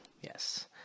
yes